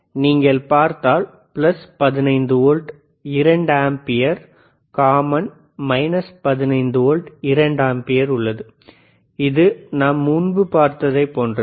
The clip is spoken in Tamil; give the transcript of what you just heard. நீங்கள் பார்த்தால் plus 15 volt 2 ampere common minus 15 volt 2 ampere உள்ளது இது நாம் முன்பு பார்த்ததைப் போன்றது